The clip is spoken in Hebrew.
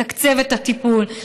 לתקצב את הטיפול,